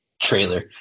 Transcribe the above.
trailer